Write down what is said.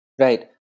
Right